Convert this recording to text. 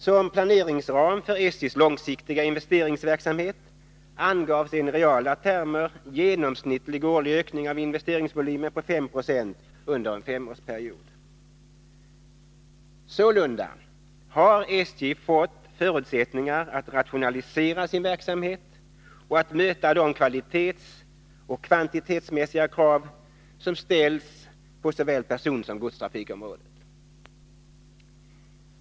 Som planeringsram för SJ:s långsiktiga investeringsverksamhet angavs en i reala termer genomsnittlig årlig ökning av investeringsvolymen på 5 20 under en femårsperiod. Sålunda har SJ fått förutsättningar att rationalisera sin verksamhet och att möta de kvalitetsoch kvantitetsmässiga krav som ställs på såväl persontrafikssom godstrafiksområdet.